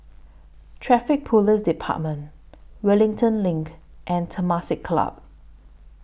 Traffic Police department Wellington LINK and Temasek Club